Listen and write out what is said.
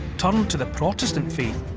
turned to the protestant faith,